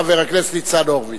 חבר הכנסת ניצן הורוביץ.